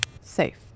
Safe